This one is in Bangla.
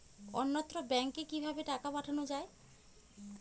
অন্যত্র ব্যংকে কিভাবে টাকা পাঠানো য়ায়?